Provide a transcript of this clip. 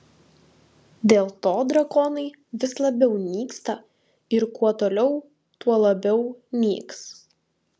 dėl to drakonai vis labiau nyksta ir kuo toliau tuo labiau nyks